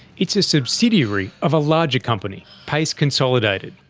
it's a subsidiary of a larger company, payce consolidated.